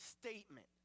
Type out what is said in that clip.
statement